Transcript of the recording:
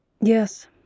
Yes